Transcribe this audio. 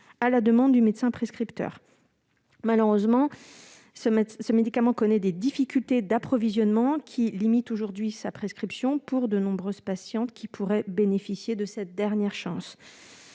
à la demande du médecin prescripteur. Malheureusement, ce médicament connaît des difficultés d'approvisionnement, qui limitent aujourd'hui sa prescription. Or, pour de nombreuses patientes, il représente une dernière chance.